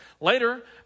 Later